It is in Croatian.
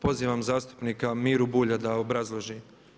Pozivam zastupnika Miru Bulja da obrazloži.